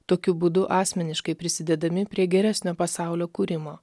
tokiu būdu asmeniškai prisidėdami prie geresnio pasaulio kūrimo